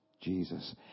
Jesus